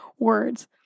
words